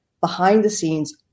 behind-the-scenes